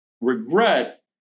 regret